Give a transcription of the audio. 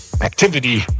activity